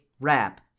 wrap